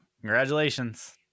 Congratulations